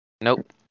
Nope